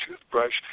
toothbrush